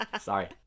sorry